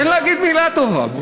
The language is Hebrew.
תן להגיד מילה טובה.